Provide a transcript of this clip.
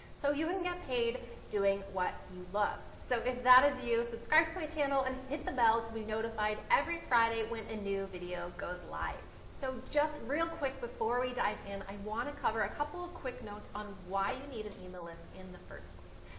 so you can get paid doing what you love. so if that is you, subscribe to my channel and hit the bell to be notified every friday when a new video goes live. so just real quick before we dive in, i want to cover a couple of quick notes on why you need an email list in the first place.